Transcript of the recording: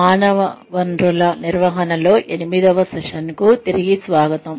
మానవ వనరుల నిర్వహణలో ఎనిమిదవ సెషన్కు తిరిగి స్వాగతం